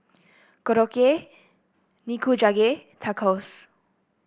Korokke Nikujaga Tacos